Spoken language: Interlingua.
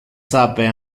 sape